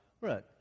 Right